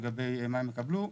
לגבי מה הם יקבלו.